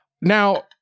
Now